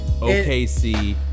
OKC